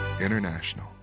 International